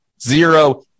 Zero